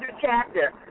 chapter